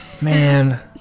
Man